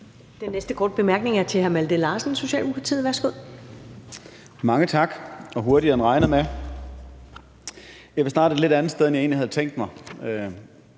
Den næste korte bemærkning er til hr. Malte Larsen, Socialdemokratiet. Værsgo. Kl. 15:33 Malte Larsen (S): Mange tak – det gik hurtigere, end jeg havde regnet med. Jeg vil starte et lidt andet sted, end jeg egentlig havde tænkt mig.